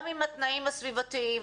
גם עם התנאים הסביבתיים,